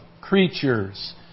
creatures